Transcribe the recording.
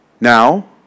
Now